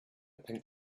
pink